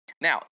Now